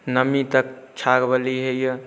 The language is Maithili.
नओमी तक छाग बलि होइए